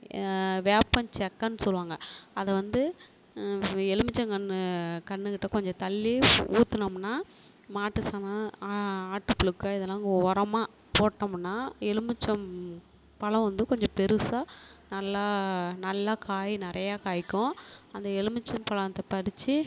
வேப்பஞ்சக்கன்று சொல்லுவாங்க அதை வந்து எலுமிச்சங்கன்று கன்றுக்கிட்ட கொஞ்சம் தள்ளி ஊற்றுனோம்னா மாட்டு சாணம் ஆட்டு புழுக்க இதெல்லாம் அங்கே ஒரமாக போட்டோமுன்னா எலுமிச்சம்பழம் வந்து கொஞ்சம் பெருசாக நல்லா நல்லா காய் நிறையா காய்க்கும் அந்த எலுமிச்சம்பழத்தை பறிச்சு